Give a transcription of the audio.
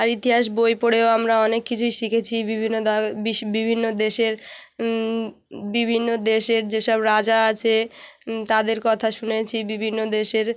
আর ইতিহাস বই পড়েও আমরা অনেক কিছুই শিখেছি বিভিন্ন দা বিশ বিভিন্ন দেশের বিভিন্ন দেশের যেসব রাজা আছে তাদের কথা শুনেছি বিভিন্ন দেশের